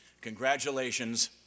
Congratulations